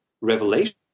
revelation